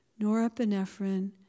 norepinephrine